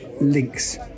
links